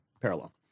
parallel